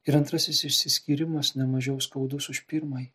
ir antrasis išsiskyrimas nemažiau skaudus už pirmąjį